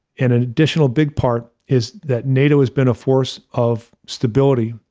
and an additional big part is that nato has been a force of stability,